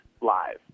live